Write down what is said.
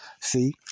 See